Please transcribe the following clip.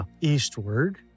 eastward